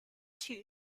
two